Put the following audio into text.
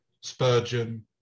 Spurgeon